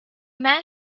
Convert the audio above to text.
man